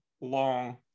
long